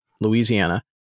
Louisiana